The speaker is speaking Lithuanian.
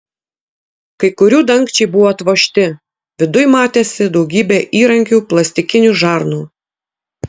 kai kurių dangčiai buvo atvožti viduj matėsi daugybė įrankių plastikinių žarnų